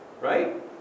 right